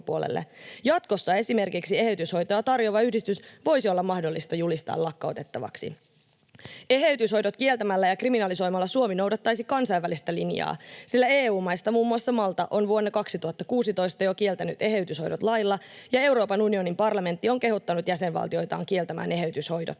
Jatkossa esimerkiksi eheytyshoitoa tarjoava yhdistys voisi olla mahdollista julistaa lakkautettavaksi. Eheytyshoidot kieltämällä ja kriminalisoimalla Suomi noudattaisi kansainvälistä linjaa, sillä EU-maista muun muassa Malta on jo vuonna 2016 kieltänyt eheytyshoidot lailla ja Euroopan unionin parlamentti on kehottanut jäsenvaltioitaan kieltämään eheytyshoidot.